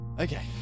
Okay